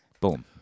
boom